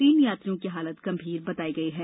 तीन यात्रियों की हालत गंभीर बताई गई है